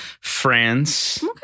France